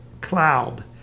cloud